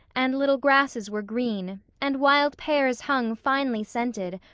and little grasses were green, and wild pears hung finely-scented,